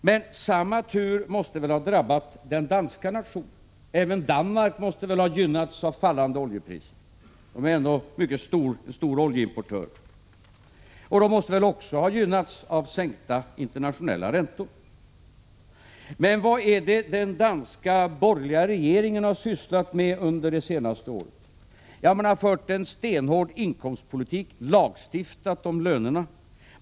Men samma tur måste väl ha drabbat den danska nationen? Även Danmark måste väl ha gynnats av fallande oljepriser? Landet är ju en mycket stor oljeimportör, och man måste väl också ha gynnats av sänkta internationella räntor. Men vad har den danska borgerliga regeringen sysslat med det senaste året? Man har fört en stenhård inkomstpolitik, lagstiftat om lönerna.